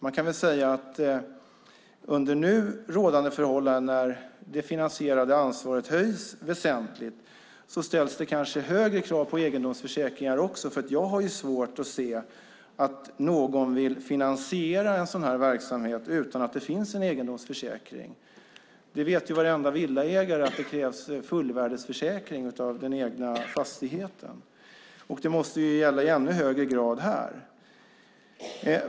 Man kan väl säga att under nu rådande förhållanden, när det finansierade ansvaret höjs väsentligt, ställs det kanske högre krav på egendomsförsäkringar också. Jag har nämligen svårt att se att någon vill finansiera en sådan här verksamhet utan att det finns en egendomsförsäkring. Varenda villaägare vet att det krävs fullvärdesförsäkring av den egna fastigheten, och det måste ju gälla i ännu högre grad här.